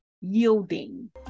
Yielding